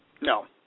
No